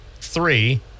Three